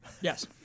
Yes